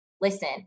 listen